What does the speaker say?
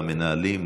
למנהלים,